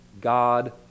God